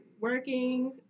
working